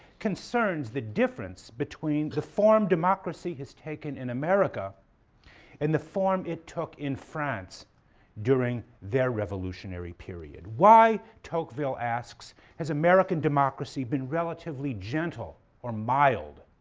concerns the difference between the form democracy has taken in america and the form it took in france during their revolutionary period. why, tocqueville asks, has american democracy been relatively gentle or mild?